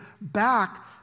back